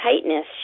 Tightness